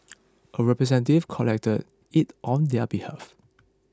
a representative collected it on their behalf